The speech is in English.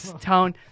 tone